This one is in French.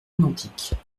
identiques